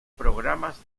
programas